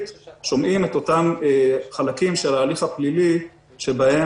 אלא שומעים את אותם חלקים של ההליך הפלילי שבהם